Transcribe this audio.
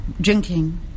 drinking